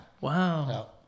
Wow